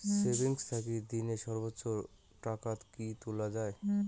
Savings থাকি দিনে সর্বোচ্চ টাকা কি তুলা য়ায়?